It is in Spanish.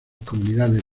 comunidades